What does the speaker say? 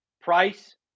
price